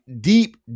deep